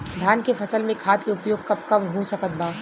धान के फसल में खाद के उपयोग कब कब हो सकत बा?